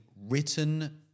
written